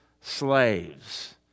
slaves